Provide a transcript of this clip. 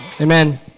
Amen